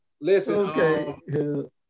Listen